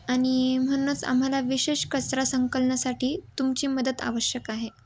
आणि म्हणूनच आम्हाला विशेष कचरा संकलनासाठी तुमची मदत आवश्यक आहे